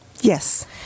Yes